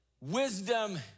wisdom